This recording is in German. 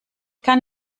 kann